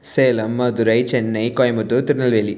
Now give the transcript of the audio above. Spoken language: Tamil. சேலம் மதுரை சென்னை கோயம்புத்தூர் திருநெல்வேலி